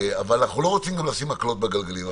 אבל אנחנו לא רוצים לשים מקלות בגלגלים,